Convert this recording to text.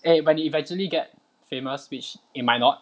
eh but 你 eventually get famous which you might not